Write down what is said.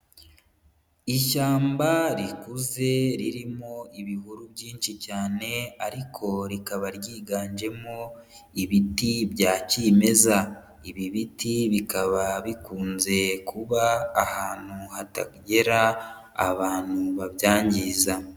Ishyamba rikuze ririmo ibihuru byinshi cyane, ariko rikaba ryiganjemo ibiti bya kimeza. Ibi biti bikaba bikunze kuba ahantu hatagera abantu babyangiza.